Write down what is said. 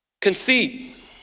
Conceit